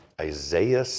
Isaiah